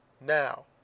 Now